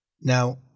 Now